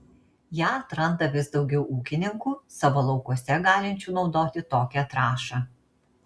ją atranda vis daugiau ūkininkų savo laukuose galinčių naudoti tokią trąšą